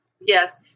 Yes